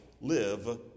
live